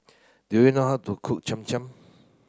do you know how to cook Cham Cham